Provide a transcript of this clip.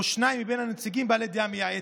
או שניים מבין הנציגים בעלי דעה מייעצת.